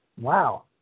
Wow